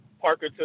Parker